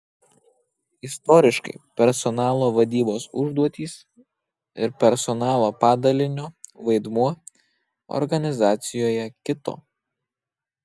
istoriškai personalo vadybos užduotys ir personalo padalinio vaidmuo organizacijoje kito